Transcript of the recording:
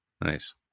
Nice